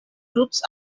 groups